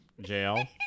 Jail